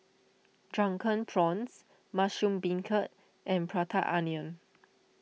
Drunken Prawns Mushroom Beancurd and Prata Onion